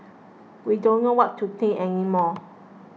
we don't know what to think any more